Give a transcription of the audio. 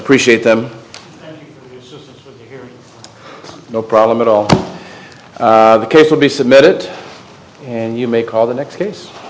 appreciate them no problem at all the case will be submitted and you may call the next case